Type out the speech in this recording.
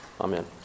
Amen